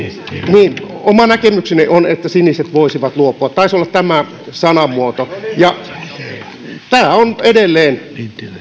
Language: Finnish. niin oma näkemykseni on että siniset voisivat luopua taisi olla tämä sanamuoto tämä on edelleen